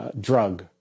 drug